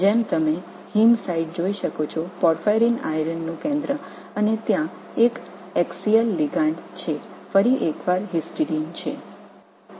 நீங்கள் நிச்சயமாக ஹீம் தளத்தைப் பார்க்க முடியும் எனில் பார்பைரின் இரும்பு மையம் மற்றும் ஒரு ஆக்சியல் லிகாண்ட் ஹிஸ்டிடின் உள்ளது